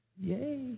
Yay